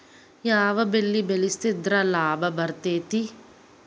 ಯಾವ ಬೆಳಿ ಬೆಳ್ಸಿದ್ರ ಲಾಭ ಬರತೇತಿ?